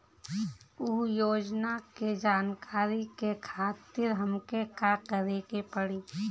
उ योजना के जानकारी के खातिर हमके का करे के पड़ी?